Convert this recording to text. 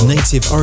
Native